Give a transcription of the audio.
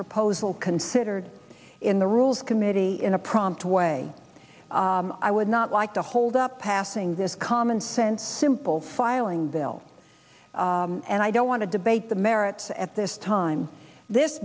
proposal considered in the rules committee in a prompt way i would not like to hold up passing this commonsense simple filing the l and i don't want to debate the merits at this time this